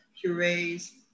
purees